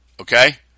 okay